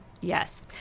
Yes